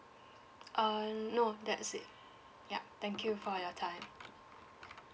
uh no that's it ya thank you for your time